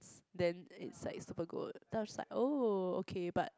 s~ then it's like super good then I just like oh okay but